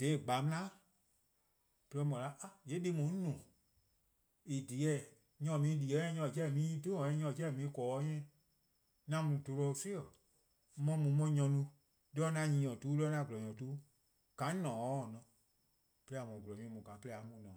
dha :gbaa mlai' 'de jorwor: or 'da :yee' deh+ :daa 'on no-a eh :dhie: :ao', nyor :or mu-ih di :eh, nyor :or mu 'nyne 'dhu dih-' :eh, nyor :or mu-ih :korn :eh? 'An mu 'de 'bluhbor :mu, 'on 'ye mu 'on 'ye nyor no 'de 'an-a' nyior-tu 'di, 'de 'an-a' :gwlor-nyor-tu 'di :ka 'on :ne-a or 'ye-a 'o :ne. 'De jorwor: :a :mor :gwlor-nyor :daa 'de or mu-a :ne-'.